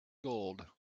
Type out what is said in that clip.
gold